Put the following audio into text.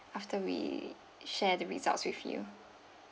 after we share the results with you